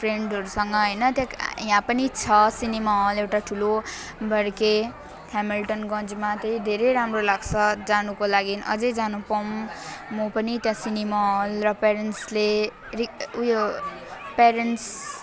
फ्रेन्डहरूसँग होइन त यहाँ पनि छ सिनेमा हल एउटा ठुलो भरके हेमिल्टनगन्जमा चाहिँ धेरै राम्रो लाग्छ जानुको लागि अझ जानु पाऊँ म पनि त्यहाँ सिनेमा हल र पेरेन्ट्सले फेरि उयो पेरेन्ट्स